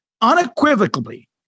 unequivocally